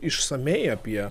išsamiai apie